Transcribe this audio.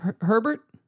Herbert